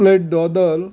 plate दोदोल